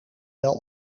wel